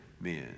men